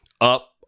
up